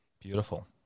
Beautiful